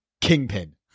Kingpin